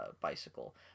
bicycle